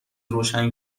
روشن